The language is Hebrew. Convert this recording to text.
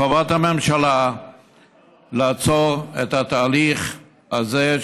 מחובת הממשלה לעצור את התהליך הזה,